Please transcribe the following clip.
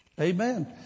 Amen